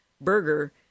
burger